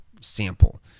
sample